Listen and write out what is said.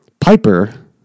Piper